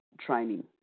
training